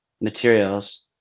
materials